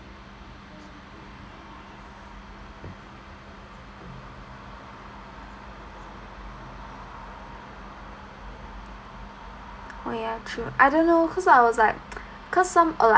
oh ya true I don't know first like I was like cause some uh like